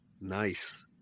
nice